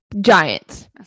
Giants